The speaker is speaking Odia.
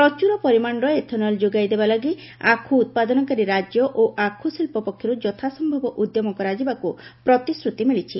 ପ୍ରଚୁର ପରିମାଣର ଏଥନଲ ଯୋଗାଇ ଦେବା ଲାଗି ଆଖୁ ଉତ୍ପାଦନକାରୀ ରାଜ୍ୟ ଓ ଆଖୁଶିଳ୍ପ ପକ୍ଷରୁ ଯଥାସମ୍ଭବ ଉଦ୍ୟମ କରାଯିବାକୁ ପ୍ରତିଶ୍ରତି ମିଳିଛି